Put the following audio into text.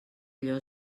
allò